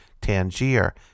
Tangier